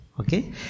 okay